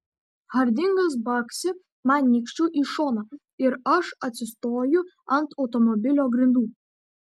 hardingas baksi man nykščiu į šoną ir aš atsistoju ant automobilio grindų